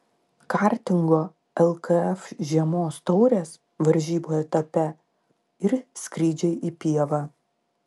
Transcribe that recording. kartingo lkf žiemos taurės varžybų etape ir skrydžiai į pievą